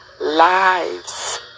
lives